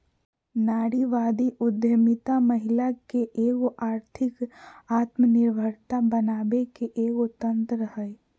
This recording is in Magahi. नारीवादी उद्यमितामहिला के आर्थिक आत्मनिर्भरता बनाबे के एगो तंत्र हइ